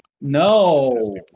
No